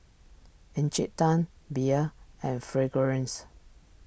Encik Tan Bia and Fragrance